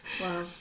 Wow